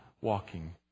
walking